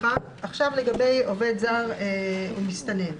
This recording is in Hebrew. לגבי עובד זר ומסתנן.